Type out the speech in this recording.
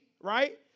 right